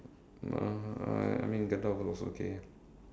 uh I I mean Gandalf was okay